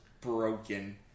broken